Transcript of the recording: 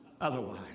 otherwise